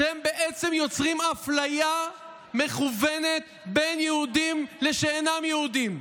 אתם בעצם יוצרים אפליה מכוונת בין יהודים לשאינם יהודים,